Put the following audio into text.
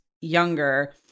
younger